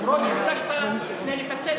אף שביקשת לפני כן לפצל.